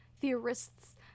theorists